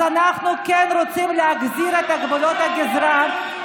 אז אנחנו כן רוצים להחזיר את גבולות הגזרה,